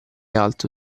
alto